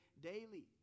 daily